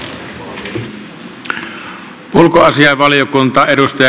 herra puhemies